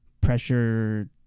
pressure